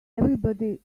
everybody